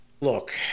Look